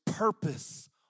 Purpose